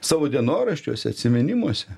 savo dienoraščiuose atsiminimuose